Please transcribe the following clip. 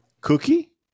Cookie